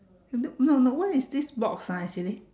the no no what is this box ah actually